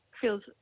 feels